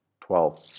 twelve